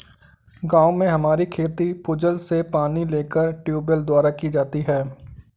गांव में हमारी खेती भूजल से पानी लेकर ट्यूबवेल द्वारा की जाती है